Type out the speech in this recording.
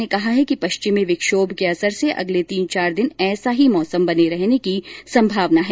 मौसम विभाग ने कहा है कि पश्चिमी विक्षोम के असर से अगले तीन चार दिन ऐसा ही मौसम बने रहने की संभावना है